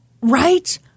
Right